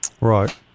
Right